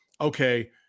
okay